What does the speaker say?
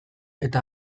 eta